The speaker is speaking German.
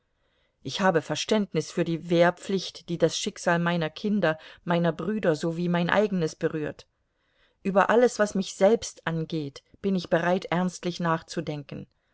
ich habe verständnis für die wehrpflicht die das schicksal meiner kinder meiner brüder sowie mein eigenes berührt über alles was mich selbst angeht bin ich bereit ernstlich nachzudenken